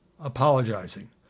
apologizing